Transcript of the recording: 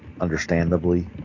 understandably